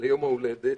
ליום הולדת.